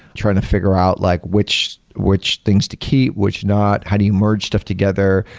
trying to figure out like which which things to keep, which not, how do you merge stuff together.